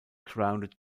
crowned